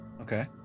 Okay